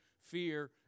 fear